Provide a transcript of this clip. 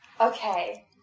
Okay